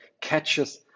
catches